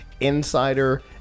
insider